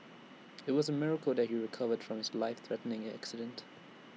IT was A miracle that he recovered from his life threatening accident